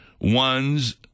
ones